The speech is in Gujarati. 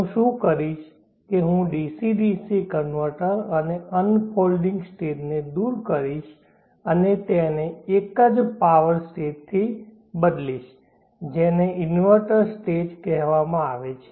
હું શું કરીશ કે હું ડીસી ડીસી કન્વર્ટર અને અનફોલ્ડિંગ સ્ટેજને દૂર કરીશ અને તેને એક જ પાવર સ્ટેજથી બદલીશ જેને ઇન્વર્ટર સ્ટેજ કહેવામાં આવે છે